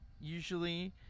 usually